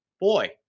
boy